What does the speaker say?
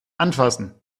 anfassen